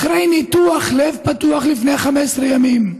אחרי ניתוח לב פתוח לפני 15 ימים,